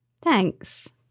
Thanks